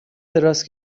دراز